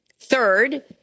third